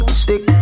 stick